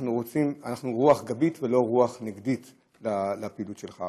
אנחנו רוח גבית ולא רוח נגדית לפעילות שלך.